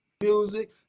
music